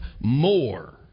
more